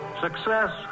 Success